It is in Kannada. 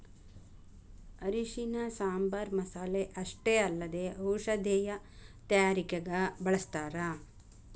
ಅರಿಶಿಣನ ಸಾಂಬಾರ್ ಮಸಾಲೆ ಅಷ್ಟೇ ಅಲ್ಲದೆ ಔಷಧೇಯ ತಯಾರಿಕಗ ಬಳಸ್ಥಾರ